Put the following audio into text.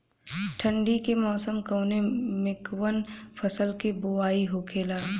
ठंडी के मौसम कवने मेंकवन फसल के बोवाई होखेला?